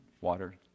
water